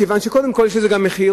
מכיוון שקודם כול יש לזה גם מחיר,